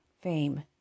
fame